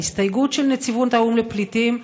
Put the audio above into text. ההסתייגות של נציבות האו"ם לפליטים,